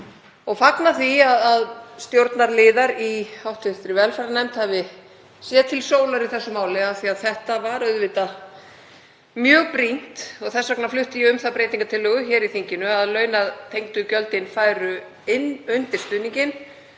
Ég fagna því að stjórnarliðar í hv. velferðarnefnd hafi séð til sólar í þessu máli af því að þetta var auðvitað mjög brýnt. Þess vegna flutti ég um það breytingartillögu í þinginu að launatengdu gjöldin færu undir stuðninginn.